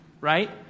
right